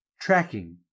tracking